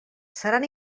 seran